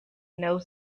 knows